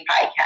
podcast